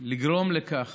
לגרום לכך